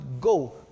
go